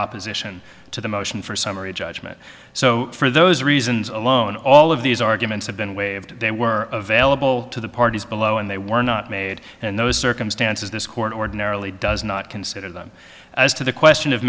opposition to the motion for summary judgment so for those reasons alone all of these arguments have been waived they were available to the parties below and they were not made in those circumstances this court ordinarily does not consider them as to the question of